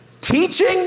teaching